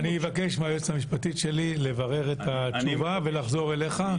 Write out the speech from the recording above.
אני אבקש מהיועצת המשפטית שלי לברר את התשובה ולחזור אליך.